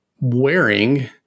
wearing